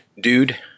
dude